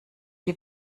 die